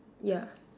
ya